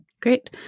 Great